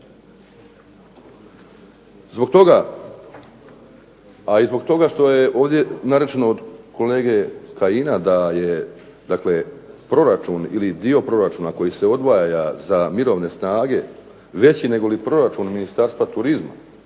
Zbog toga a i zbog toga što je ovdje nerečeno od kolege Kajina da je proračun ili dio proračuna koji se odvija za mirovne snage veći od proračuna Ministarstva turizma